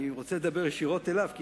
אני רוצה לדבר ישירות אליו.